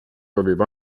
sobib